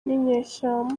ninyeshyamba